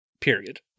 Period